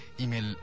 email